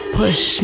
push